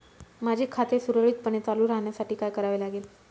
माझे खाते सुरळीतपणे चालू राहण्यासाठी काय करावे लागेल?